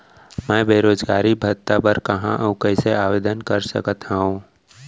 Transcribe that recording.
मैं बेरोजगारी भत्ता बर कहाँ अऊ कइसे आवेदन कर सकत हओं?